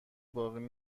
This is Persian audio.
باقی